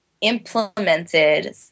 implemented